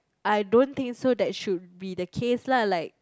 I don't think so that should be the case lah like